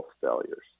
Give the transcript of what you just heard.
failures